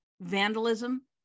vandalism